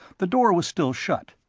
the door was still shut.